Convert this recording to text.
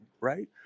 right